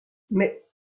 mais